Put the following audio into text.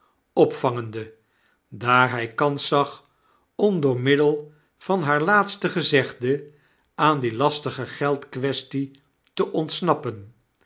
opvangende daar hy kans zag om door middel van haar laatste gezegde aan die lastige geld-quaestie te ontsnappen